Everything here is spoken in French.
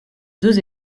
deux